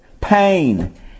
pain